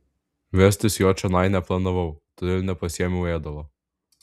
vestis jo čionai neplanavau todėl nepasiėmiau ėdalo